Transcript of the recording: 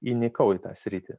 įnikau į tą sritį